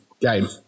game